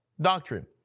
doctrine